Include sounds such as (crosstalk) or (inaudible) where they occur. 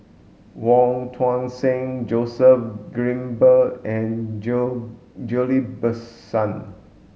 Wong Tuang Seng Joseph Grimberg and (unintelligible) Ghillie Basan